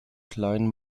klein